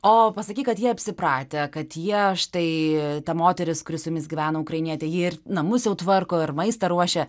o pasakei kad jie apsipratę kad jie štai ta moteris kuri su jumis gyvena ukrainietė ji ir namus jau tvarko ir maistą ruošia